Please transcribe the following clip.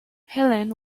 helene